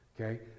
Okay